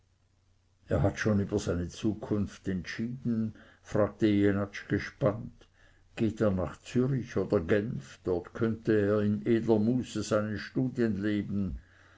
er hat schon über seine zukunft entschieden fragte jenatsch gespannt geht er nach zürich oder genf dort könnte er in edler muße seinen studien leben